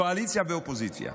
קואליציה ואופוזיציה.